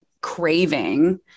craving